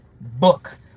book